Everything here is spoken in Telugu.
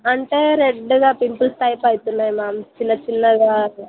అంటే రెడ్గా పింపుల్స్ టైప్ అవుతున్నాయి మ్యామ్ చిన్నచిన్నగా